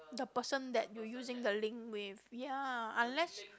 the person that you using the link with ya unless